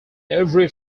every